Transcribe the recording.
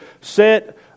set